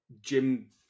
Jim